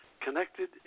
connected